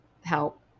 help